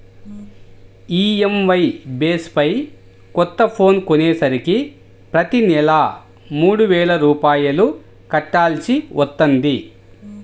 EMI base పై కొత్త phone కొనేసరికి ప్రతి నెలా మూడు వేల రూపాయలు కట్టాల్సి వత్తంది